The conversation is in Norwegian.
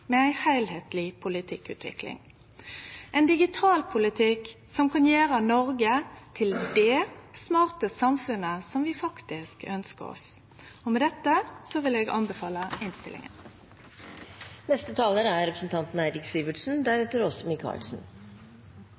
med ei heilskapleg politikkutvikling – ein digitalpolitikk som kan gjere Noreg til det smarte samfunnet vi ønskjer oss. Med det vil eg